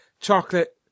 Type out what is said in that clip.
chocolate